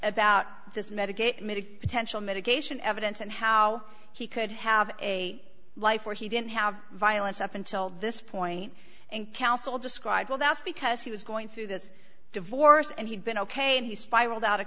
about this medicaid medicaid potential mitigation evidence and how he could have a life where he didn't have violence up until this point and counsel described well that's because he was going through this divorce and he'd been ok and he spiraled out of